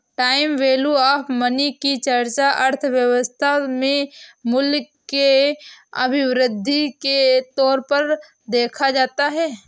time value of money की चर्चा अर्थव्यवस्था में मूल्य के अभिवृद्धि के तौर पर देखा जाता है